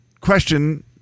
question